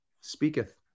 Speaketh